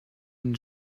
une